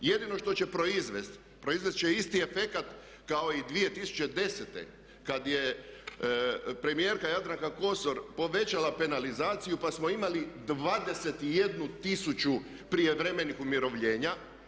Jedino što će proizvesti, proizvesti će isti efekt kao i 2010. kad je premijerka Jadranka Kosor povećala penalizaciju pa smo imali 21 tisuću prijevremenih umirovljenja.